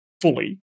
fully